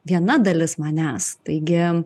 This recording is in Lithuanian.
viena dalis manęs taigi